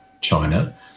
China